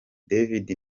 david